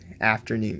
afternoon